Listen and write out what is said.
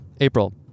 April